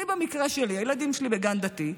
במקרה שלי, הילדים שלי בגן דתי.